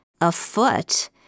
afoot